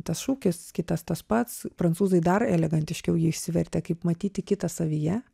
tas šūkis kitas tas pats prancūzai dar elegantiškiau jį išsivertė kaip matyti kitą savyje